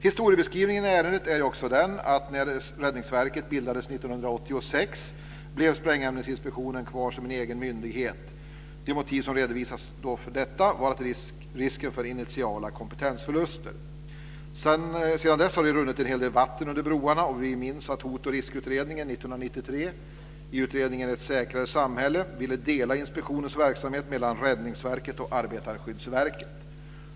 Historiebeskrivningen i ärendet är den att när Räddningsverket bildades år 1986 blev Sprängämnesinspektionen kvar som en egen myndighet. Det motiv som då redovisades för detta var risken för initiala kompetensförluster. Sedan dess har det runnit en hel del vatten under broarna. Vi minns att Hot och riskutredningen år 1993 i utredningen Ett säkrare samhälle ville dela inspektionens verksamhet mellan Räddningsverket och Arbetarskyddsverket.